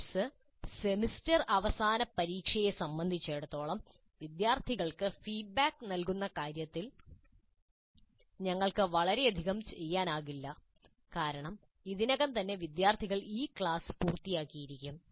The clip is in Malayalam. കോഴ്സ് സെമസ്റ്റർ അവസാന പരീക്ഷയെ സംബന്ധിച്ചിടത്തോളം വിദ്യാർത്ഥികൾക്ക് ഫീഡ്ബാക്ക് നൽകുന്ന കാര്യത്തിൽ ഞങ്ങൾക്ക് വളരെയധികം ചെയ്യാനാകില്ല കാരണം ഇതിനകം തന്നെ വിദ്യാർത്ഥികൾ ഈ ക്ലാസ് പൂർത്തിയാക്കിയിരിക്കും